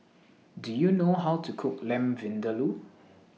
Do YOU know How to Cook Lamb Vindaloo